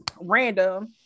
random